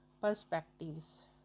perspectives